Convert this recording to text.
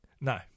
No